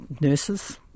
nurses